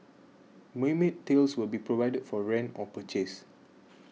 mermaid tails will be provided for rent or purchase